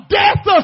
death